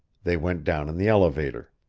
they went down in the elevator.